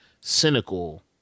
cynical